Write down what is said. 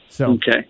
Okay